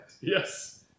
Yes